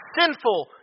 sinful